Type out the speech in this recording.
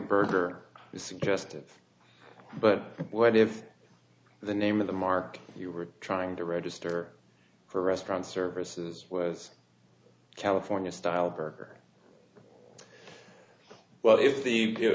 burger is suggestive but what if the name of the mark you were trying to register for restaurant services was california style burger well if the